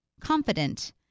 confident